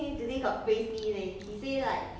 does it help to improve your games skill